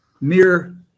mere